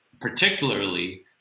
particularly